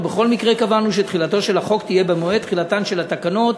ובכל מקרה קבענו שתחילתו של החוק תהיה במועד תחילתן של התקנות,